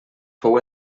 fou